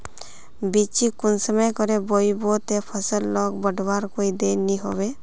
बिच्चिक कुंसम करे बोई बो ते फसल लोक बढ़वार कोई देर नी होबे?